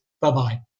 Bye-bye